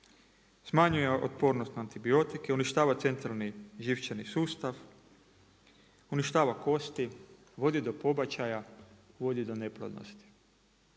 smanjuje otpornost na antibiotike, uništava centralni živčani sustav, uništava kosti, vodi do pobačaja, vodi do neplodnosti.